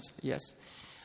yes